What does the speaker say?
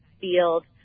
field